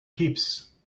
keeps